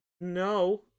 no